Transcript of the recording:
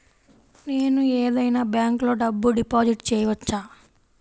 నేను ఏదైనా బ్యాంక్లో డబ్బు డిపాజిట్ చేయవచ్చా?